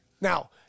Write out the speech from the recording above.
Now